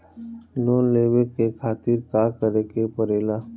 Loan लेवे के खातिर का करे के पड़ेला?